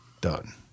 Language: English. done